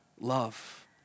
love